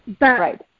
Right